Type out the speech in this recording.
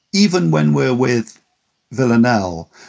even when we're with villanelle,